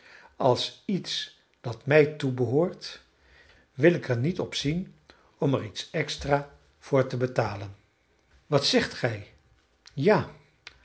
als iets dat mij toebehoort wil ik er niet op zien om er iets extra voor te betalen wat zegt gij ja